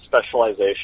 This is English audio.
specialization